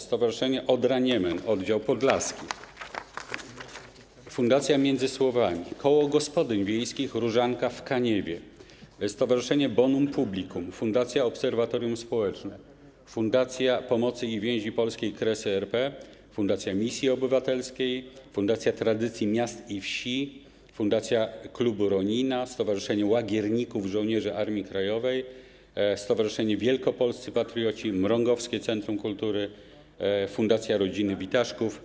Stowarzyszenie Odra-Niemen Oddział Podlaski, Fundacja Między Słowami, Koło Gospodyń Wiejskich Różanka w Kaniewie, Stowarzyszenie Bonum Publicum, Fundacja Obserwatorium Społeczne, Fundacja Pomocy i Więzi Polskiej „Kresy RP”, Fundacja Misji Obywatelskiej, Fundacja Tradycji Miast i Wsi, Fundacja Klubu Ronina, Stowarzyszenie Łagierników Żołnierzy Armii Krajowej, Stowarzyszenie Wielkopolscy Patrioci, Mrągowskie Centrum Kultury, Fundacja Rodziny Witaszków.